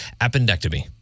appendectomy